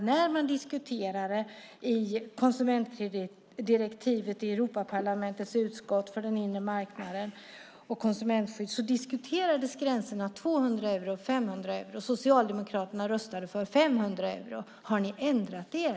När man diskuterade konsumentkreditdirektivet i Europaparlamentets utskott för den inre marknaden och konsumentskydd diskuterades gränserna 200 euro och 500 euro, och Socialdemokraterna röstade för 500 euro. Har ni ändrat er?